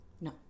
No